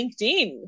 LinkedIn